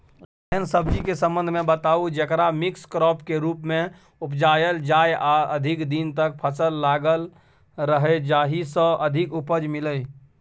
एहन सब्जी के संबंध मे बताऊ जेकरा मिक्स क्रॉप के रूप मे उपजायल जाय आ अधिक दिन तक फसल लागल रहे जाहि स अधिक उपज मिले?